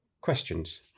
questions